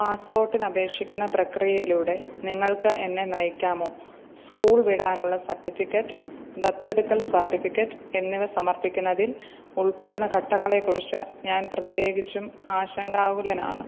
പാസ്പോട്ടിനപേഷിക്കുന്ന പ്രക്രിയയിലൂടെ നിങ്ങൾക്ക് എന്നെ നയിക്കാമോ സ്കൂൾ വിടാനുള്ള സർട്ടിഫിക്കറ്റ് ദത്തെടുക്കൽ സർട്ടിഫിക്കറ്റ് എന്നിവ സമർപ്പിക്കുന്നതിൽ ഉൾപ്പെടുന്ന ഘട്ടങ്ങളെക്കുറിച്ച് ഞാൻ പ്രത്യേകിച്ചും ആശങ്കാകുലനാണ്